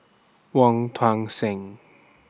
Wong Tuang Seng